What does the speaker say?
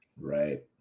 right